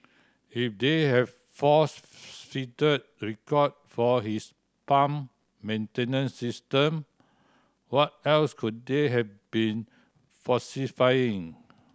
if they have falsified record for this pump maintenance system what else could they have been falsifying